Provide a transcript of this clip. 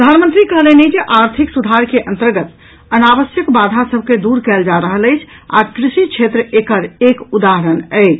प्रधानमंत्री कहलनि जे आर्थिक सुधार के अंतर्गत अनावश्यक वाधा सभ के दूर कयल जा रहल अछि आ कृषि क्षेत्र एकर एक उदाहरण अछि